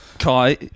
Kai